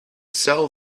sell